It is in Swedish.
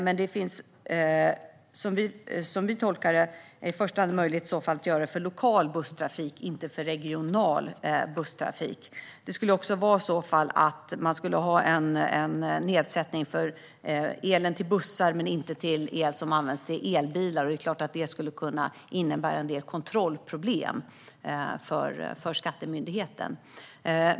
Som vi tolkar det finns det i första hand möjlighet att göra det för lokal busstrafik och inte för regional busstrafik. I så fall skulle man ha en nedsättning av beskattningen av elen till bussar men inte av elen till elbilar. Det är klart att det skulle kunna innebära en del kontrollproblem för Skattemyndigheten.